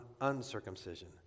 uncircumcision